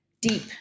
deep